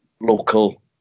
local